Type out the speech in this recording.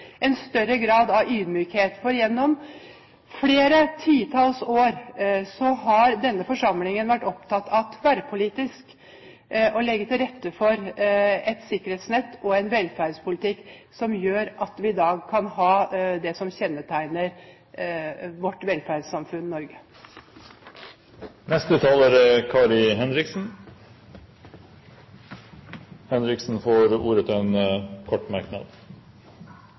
en større grad av ydmykhet. Gjennom flere titalls år har denne forsamlingen vært opptatt av tverrpolitisk å legge til rette for et sikkerhetsnett og en velferdspolitikk som gjør at vi i dag kan ha det som kjennetegner vårt velferdssamfunn, Norge. Kari Henriksen har hatt ordet to ganger tidligere og får ordet til en kort merknad,